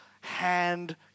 hand